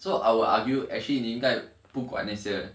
so I will argue actually 你应该不管那些